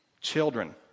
Children